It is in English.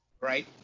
Right